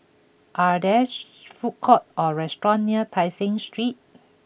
are there food courts or restaurants near Tai Seng Street